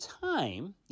time